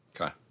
Okay